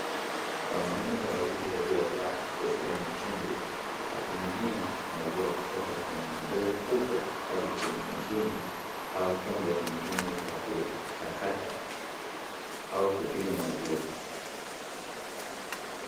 Wanaume wawili waliovaa kofia nyekundu wakimimina maziwa kutoka kwenye ndoo kubwa hadi kwenye mashine au chombo kingine cha kuchakata au kupima maziwa.